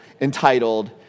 entitled